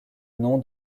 nom